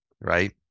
right